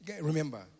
Remember